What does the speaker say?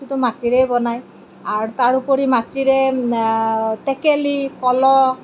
সেইটোতো মাটিৰেই বনায় আৰু তাৰোপৰি মাটিৰে টেকেলি কলহ